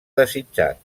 desitjat